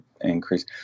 increase